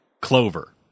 Clover